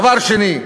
דבר שני,